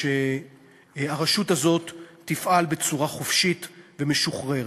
שהרשות הזאת תפעל בצורה חופשית ומשוחררת.